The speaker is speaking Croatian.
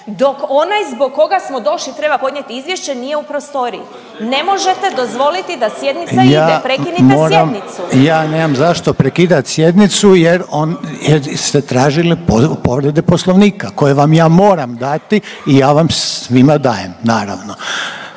dok onaj zbog koga smo došli treba podnijeti izvješće nije u prostoriji. Ne možete dozvoliti da sjednica ide. …/Upadica Reiner: Ja moram./… Prekinite sjednicu. **Reiner, Željko (HDZ)** Ja nemam zašto prekidat sjednicu jer on ste tražili povrede Poslovnika koje vam ja moram dati i ja vam svima dajem, naravno.